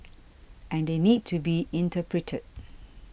and they need to be interpreted